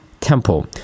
temple